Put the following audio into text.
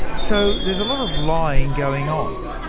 so, there's a lot of lying going on.